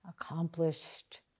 accomplished